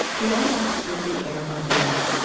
we all want to take good care of our brains.